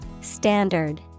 Standard